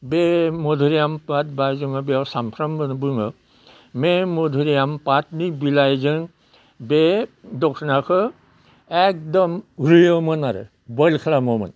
बे मधलियाम पात बा जोङो बेयाव सामफ्राबो बुङो बे मधुलिआम पातनि बिलाइजों बे दखोनाखौ एखदम उरिय'मोन आरो बयल खालामामोन